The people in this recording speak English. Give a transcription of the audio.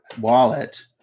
wallet